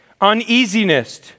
uneasiness